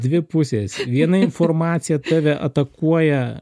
dvi pusės viena informacija tave atakuoja